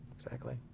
exactly.